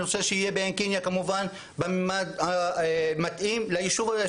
אני רוצה שיהיו בעין קניה בממד המתאים ליישוב.